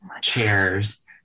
chairs